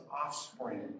offspring